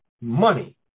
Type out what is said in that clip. money